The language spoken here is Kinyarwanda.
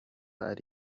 ari